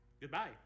Goodbye